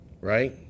Right